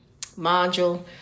module